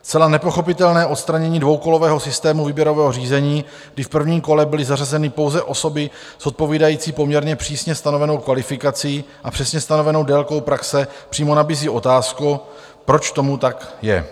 Zcela nepochopitelné odstranění dvoukolového systému výběrového řízení, kdy v prvním kole byly zařazeny pouze osoby s odpovídající poměrně přísně stanovenou kvalifikací a přesně stanovenou délkou praxe, přímo nabízí otázku, proč tomu tak je?